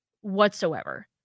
whatsoever